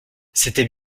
c’était